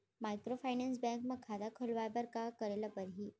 Microfinance bank म खाता खोलवाय बर का करे ल परही?